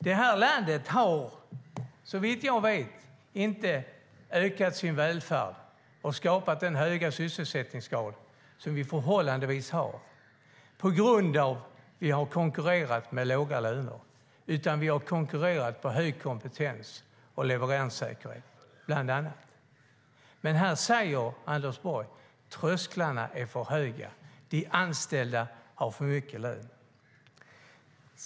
Det här landet har, såvitt jag vet, inte ökat sin välfärd och skapat den höga sysselsättningsgrad som vi förhållandevis har på grund av att vi har konkurrerat med låga löner. Vi har konkurrerat med bland annat hög kompetens och leveranssäkerhet. Men här säger Anders Borg att trösklarna är för höga. De anställda har för mycket i lön.